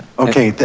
okay,